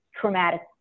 traumatic